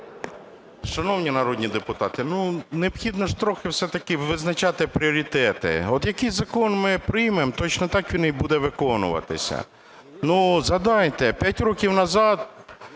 Шановні народні депутати, необхідно ж трохи все-таки визначати пріоритети. От який закон ми приймемо, точно так він і буде виконуватися. Згадайте, 5 років назад